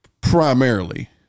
primarily